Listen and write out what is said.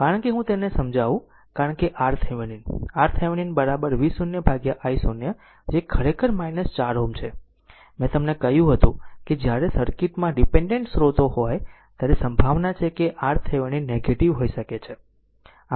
કારણ કે હું તેને સમજાવું કારણ કે RThevenin RThevenin V0 i0 જે ખરેખર 4 Ω છે મેં તમને કહ્યું હતું કે જ્યારે સર્કિટમાં ડીપેન્ડેન્ટ સ્ત્રોત હોય ત્યારે સંભાવના છે કે RThevenin નેગેટીવ થઈ શકે છે